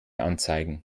anzeigen